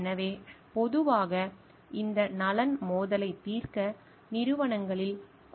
எனவே பொதுவாக இந்த நலன் மோதலைத் தீர்க்க நிறுவனங்களில் குழுக்கள் அமைக்கப்படுகின்றன